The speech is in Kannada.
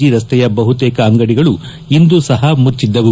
ಜಿ ರಸ್ತೆಯ ಬಹುತೇಕ ಅಂಗಡಿಗಳು ಇಂದು ಸಹ ಮುಚ್ಚಿದ್ದವು